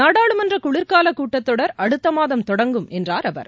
நாடாளுமன்ற குளிர்கால கூட்டத்தொடர் அடுத்த மாதம் தொடங்கும் என்றார் அவர்